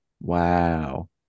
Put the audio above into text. wow